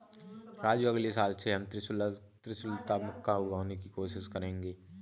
राजू अगले साल से हम त्रिशुलता मक्का उगाने की कोशिश करेंगे